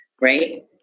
right